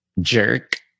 jerk